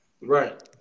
right